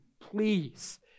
please